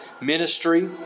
ministry